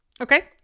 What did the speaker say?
Okay